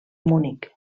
munic